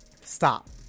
stop